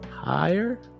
Higher